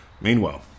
Meanwhile